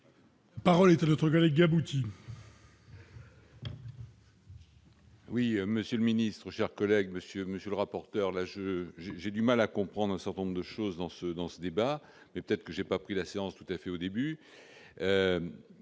la parole est à notre collègue sont.